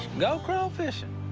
go crawfishing.